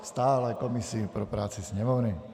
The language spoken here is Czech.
Stálé komisi pro práci Sněmovny.